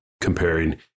comparing